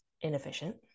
inefficient